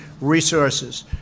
resources